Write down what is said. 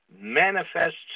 manifests